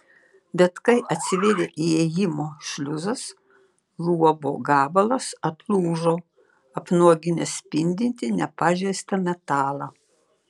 bet kai atsivėrė įėjimo šliuzas luobo gabalas atlūžo apnuoginęs spindintį nepažeistą metalą